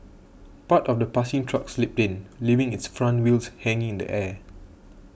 part of the passing truck slipped in leaving its front wheels hanging in the air